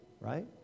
right